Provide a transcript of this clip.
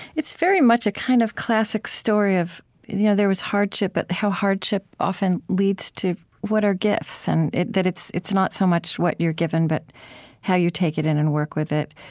it's very much a kind of classic story of you know there was hardship, but how hardship often leads to what are gifts, and that it's it's not so much what you are given but how you take it in and work with it.